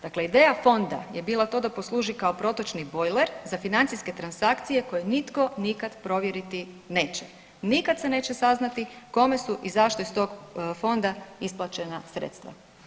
Dakle, ideja fonda je bila to da posluži kao protočni bojler za financijske transakcije koje nitko nikad provjeriti neće, nikad se neće saznati kome su i zašto iz tog fonda isplaćena sredstva.